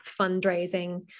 fundraising